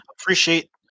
appreciate